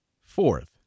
Fourth